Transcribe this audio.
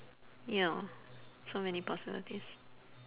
ya so many possibilities